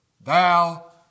thou